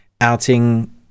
outing